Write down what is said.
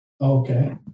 Okay